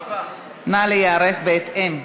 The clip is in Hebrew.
נא להיערך בהתאם.